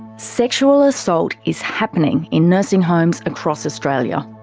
sexual assault is happening in nursing homes across australia.